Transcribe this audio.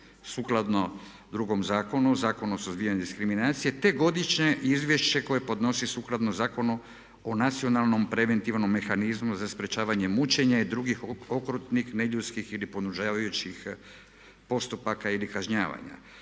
sukladno drugom zakonu, Zakonu o suzbijanju diskriminacije te godišnje izvješće koje podnosi sukladno Zakonu o nacionalnom, preventivnom mehanizmu za sprečavanje mučenja i drugih okrutnih, neljudskih ili ponižavajućih postupaka ili kažnjavanja.